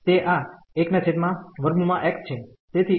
તેથી x નો power અડધો છે